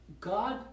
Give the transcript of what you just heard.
God